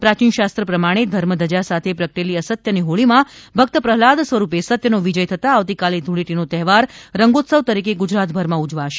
પ્રાચીન શાસ્ત્ર પ્રમાણે ધર્મ ધજા સાથે પ્રગટેલી અસત્ય ની હોળી માં ભકત પ્રહલાદ સ્વરૂપે સત્ય નો વિજય થતાં આવતીકાલે ધૂળેટી નો તહેવાર રંગોત્સવ તરીકે ગુજરાતભર માં ઉજવાશે